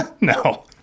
No